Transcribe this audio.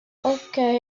okay